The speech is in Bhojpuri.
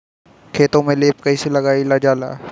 खेतो में लेप कईसे लगाई ल जाला?